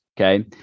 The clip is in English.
okay